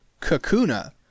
Kakuna